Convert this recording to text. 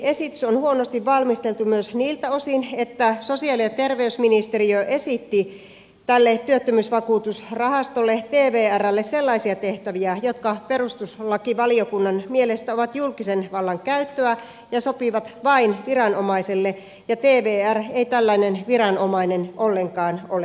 esitys on huonosti valmisteltu myös niiltä osin että sosiaali ja terveysministeriö esitti tälle työttömyysvakuutusrahastolle tvrlle sellaisia tehtäviä jotka perustuslakivaliokunnan mielestä ovat julkisen vallan käyttöä ja sopivat vain viranomaiselle ja tvr ei tällainen viranomainen ollenkaan ole